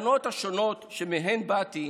התחנות השונות שמהן באתי